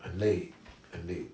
很累很累